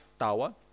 Tawa